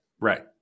right